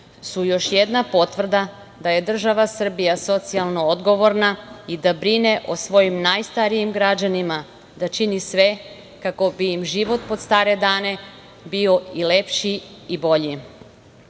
su još jedna potvrda da je država Srbija socijalno odgovorna i da brine o svojim najstarijim građanima, da čini sve kako bi im život pod stare dane bio i lepši i bolji.